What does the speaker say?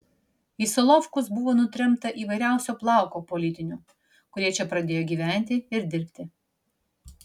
į solovkus buvo nutremta įvairiausio plauko politinių kurie čia pradėjo gyventi ir dirbti